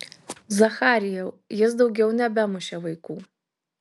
zacharijau jis daugiau nebemušė vaikų